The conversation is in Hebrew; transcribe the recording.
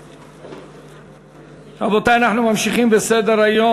רבותי, אנחנו ממשיכים בסדר-היום.